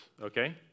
okay